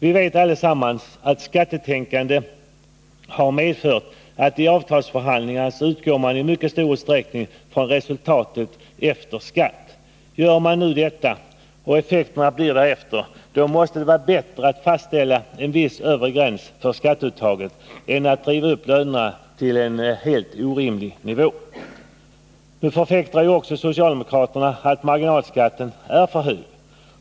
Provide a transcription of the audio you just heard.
Vi vet allesamman att skattetänkandet har medfört att man vid avtalsförhandlingar i mycket stor utsträckning utgår från resultatet efter skatt. Effekterna blir också därefter. Det måste vara bättre att fastställa en övre gräns för skatteuttaget än att driva upp lönerna till en helt orimlig nivå. Nu förfäktar också socialdemokraterna att marginalskatten är för hög.